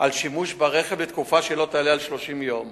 שימוש ברכב לתקופה שלא תעלה על 30 יום